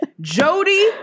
Jody